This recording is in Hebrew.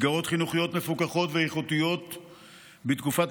מסגרות חינוכיות מפוקחות ואיכותיות בתקופת